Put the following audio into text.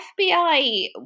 FBI